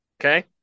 Okay